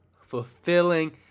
fulfilling